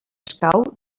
escau